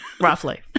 roughly